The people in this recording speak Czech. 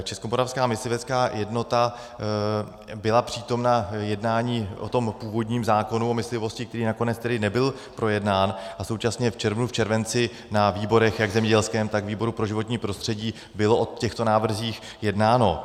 Českomoravská myslivecká jednota byla přítomna jednání o tom původním zákonu o myslivosti, který nakonec tedy nebyl projednán, a současně v červnu, červenci na výborech, jak zemědělském, tak na výboru pro životní prostředí, bylo o těchto návrzích jednáno.